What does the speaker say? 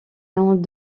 noms